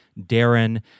Darren